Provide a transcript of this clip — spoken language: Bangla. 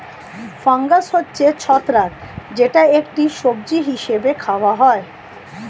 ফাঙ্গাস হচ্ছে ছত্রাক যেটা একটি সবজি হিসেবে খাওয়া হয়